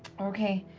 okay.